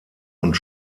und